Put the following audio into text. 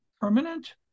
permanent